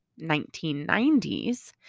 1990s